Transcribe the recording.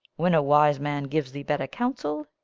when a wise man gives thee better counsel,